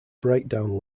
breakdown